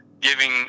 giving